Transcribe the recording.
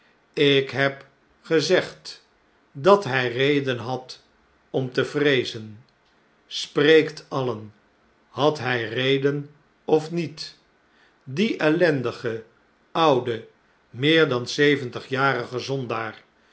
ik heb gezegd dat hij reden had om te vreezen spreekt alien had hjj reden of niet die ellendige oude meer dan zeventigjarige zondaar